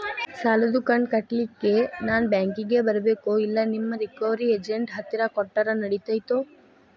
ಸಾಲದು ಕಂತ ಕಟ್ಟಲಿಕ್ಕೆ ನಾನ ಬ್ಯಾಂಕಿಗೆ ಬರಬೇಕೋ, ಇಲ್ಲ ನಿಮ್ಮ ರಿಕವರಿ ಏಜೆಂಟ್ ಹತ್ತಿರ ಕೊಟ್ಟರು ನಡಿತೆತೋ?